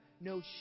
no